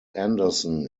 anderson